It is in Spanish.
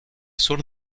sur